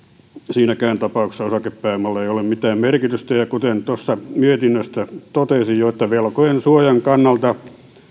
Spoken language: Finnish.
siinäkään tapauksessa osakepääomalla ei ole mitään merkitystä ja kuten mietinnöstä jo totesin velkojien suojan kannalta